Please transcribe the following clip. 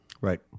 Right